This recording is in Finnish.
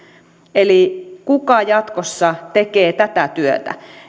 eli kuka jatkossa tekee tätä työtä